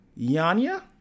Yanya